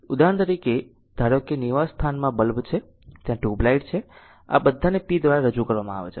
ઉદાહરણ તરીકે ધારો કે નિવાસસ્થાનમાં બલ્બ છે ત્યાં ટ્યુબ લાઇટ છે આ બધાને p દ્વારા રજૂ કરવામાં આવે છે